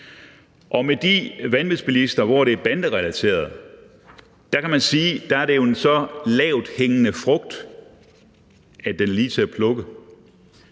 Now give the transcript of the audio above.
Med de vanvidsbilister, hvor det er banderelateret, kan man sige, at det er en så lavthængende frugt, at den er lige til at plukke.